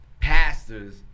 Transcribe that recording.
pastors